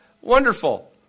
Wonderful